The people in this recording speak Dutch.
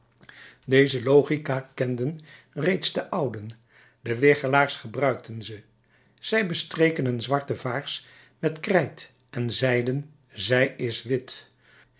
deze logica kenden reeds de ouden de wichelaars gebruikten ze zij bestreken een zwarte vaars met krijt en zeiden zij is wit